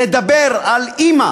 לדבר על אימא